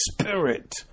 Spirit